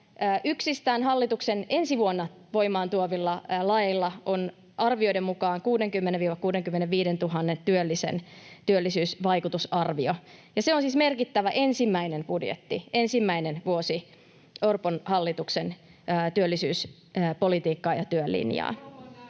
yksistään hallituksen ensi vuonna voimaan tuomilla laeilla on arvioiden mukaan 60 000—65 000 työllisen työllisyysvaikutusarvio. Se on siis merkittävä, ensimmäinen budjetti, ensimmäinen vuosi Orpon hallituksen työllisyyspolitiikkaa ja työn linjaa.